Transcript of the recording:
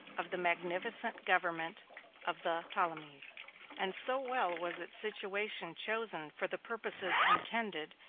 of the magnificent government of the ptolemies and so well was its situation chosen for the purposes intended,